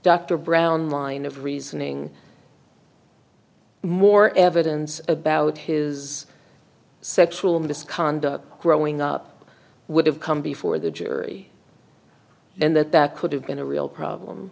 brown line of reasoning more evidence about his sexual misconduct growing up would have come before the jury and that that could have been a real problem